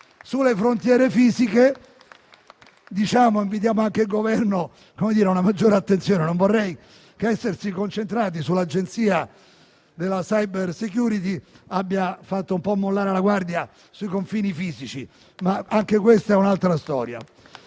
Sulle frontiere fisiche invitiamo anche il Governo a una maggiore attenzione: non vorrei che essersi concentrati sull'Agenzia per la *cybersecurity* abbia fatto un po' mollare la guardia sui confini fisici, ma questa è un'altra storia.